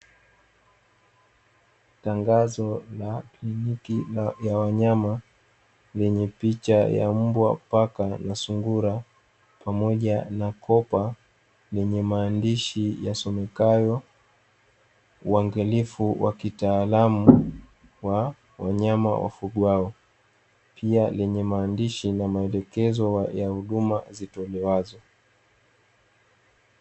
Tangazo la kiliniki ya wanyama yenye picha ya mbwa, paka na sungura pamoja na kopa lenye maandishi yasomekayo "Waangalifu wa kitaalamu kwa wanyama wafugwao" pia lenye maandishi na maelekezo ya huduma zitolewazo.